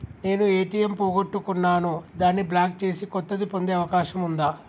నేను ఏ.టి.ఎం పోగొట్టుకున్నాను దాన్ని బ్లాక్ చేసి కొత్తది పొందే అవకాశం ఉందా?